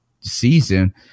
Season